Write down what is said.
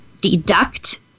deduct